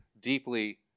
deeply